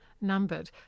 numbered